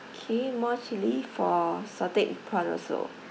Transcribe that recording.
K more chilli for salted egg prawn also